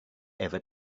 ever